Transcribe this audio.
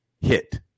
hit